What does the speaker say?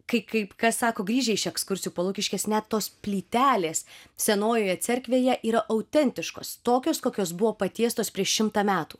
kai kaip kas sako grįžę iš ekskursijų po lukiškes net tos plytelės senojoje cerkvėje yra autentiškos tokios kokios buvo patiestos prieš šimtą metų